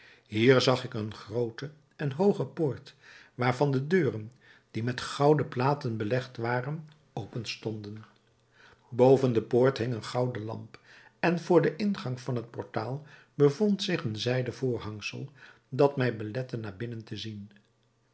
hier zag ik eene groote en hooge poort waarvan de deuren die met gouden platen belegd waren openstonden boven de poort hing eene gouden lamp en voor den ingang van het portaal bevond zich een zijden voorhangsel dat mij belette naar binnen te zien